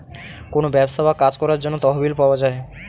কোনো ব্যবসা বা কাজ করার জন্য তহবিল পাওয়া যায়